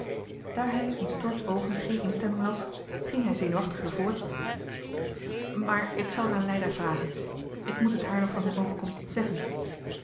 daar hij in stork's oogen geen instemming las ging hij zenuwachtiger voort maar ik zal het aan leida vragen ik moet het haar nog van zijn overkomst zeggen